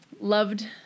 loved